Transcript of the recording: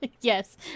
Yes